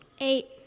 Eight